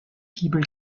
fibel